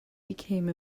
became